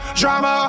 drama